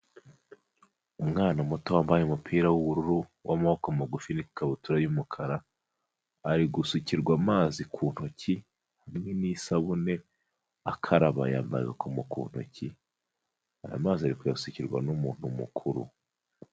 Umwana muto wambaye umupira w'ubururu w'amaboko magufi n'ikabutura y'umukara, ari gusukirwa amazi ku ntoki hamwe n'isabune akaraba yamabye agakomo ku ntoki, ayo mazi ari kuyasikirwa n'umuntu mukuru.